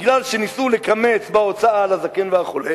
מפני שניסו לקמץ בהוצאה על הזקן והחולה,